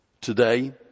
today